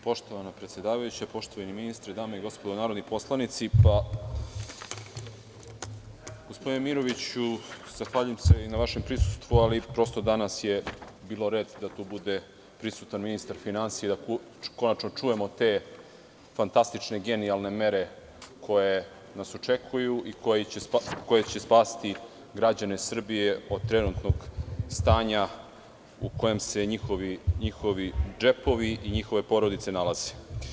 Poštovana predsedavajuća, poštovani ministre, dame i gospodo narodni poslanici, gospodine Miroviću, zahvaljujem se i na vašem prisustvu ali danas je bio red da tu bude ministar finansija i da konačno čujemo te fantastične i genijalne mere koje nas očekuju i koje će spasiti građane Srbije od trenutnog stanja u kojem se njihovi džepovi i njihove porodice nalaze.